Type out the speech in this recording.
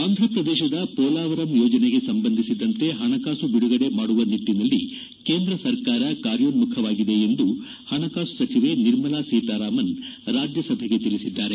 ಆಂಧ ಪ್ರದೇಶದ ಹೋಲವರಂ ಯೋಜನೆಗೆ ಸಂಬಂಧಿಸಿದಂತೆ ಹಣಕಾಸು ಬಿಡುಗಡೆ ಮಾಡುವ ನಿಟ್ಟನಲ್ಲಿ ಕೇಂದ್ರ ಸರ್ಕಾರ ಕಾರ್ಯೋನ್ನುಖವಾಗಿದೆ ಎಂದು ಹಣಕಾಸು ಸಚಿವೆ ನಿರ್ಮಲಾ ಸೀತಾರಾಮನ್ ರಾಜ್ಯ ಸಭೆಗೆ ತಿಳಿಸಿದ್ದಾರೆ